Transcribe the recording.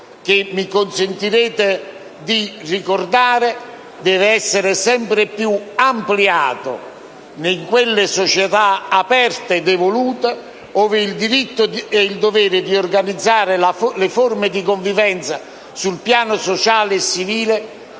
che - mi consentirete di ricordarlo - deve essere sempre più ampliato in quelle società aperte ed evolute, ove il diritto e il dovere di organizzare le forme di convivenza sul piano sociale e civile